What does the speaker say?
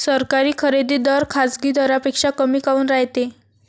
सरकारी खरेदी दर खाजगी दरापेक्षा कमी काऊन रायते?